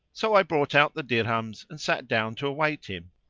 so i brought out the dirhams and sat down to await him,